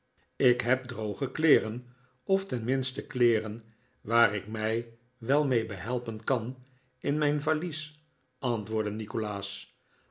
ik heb droge kleeren of tenminste kleeren waar ik mij wel mee behelpen kan in mijn varies antwoordde nikolaas